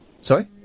sorry